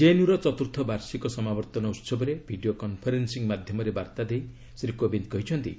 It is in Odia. ଜେଏନ୍ୟୁ ର ଚତୁର୍ଥ ବାର୍ଷିକ ସମାବର୍ତ୍ତନ ଉହବରେ ଭିଡ଼ିଓ କନ୍ଫରେନ୍ ି ମାଧ୍ୟମରେ ବାର୍ତ୍ତା ଦେଇ ଶ୍ରୀ କୋବିନ୍ଦ କହିଛନ୍ତି